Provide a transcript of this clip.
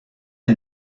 est